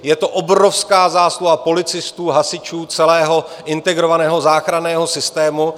Je to obrovská zásluha policistů, hasičů, celého integrovaného záchranného systému.